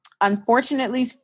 Unfortunately